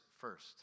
first